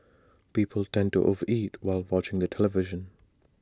people tend to over eat while watching the television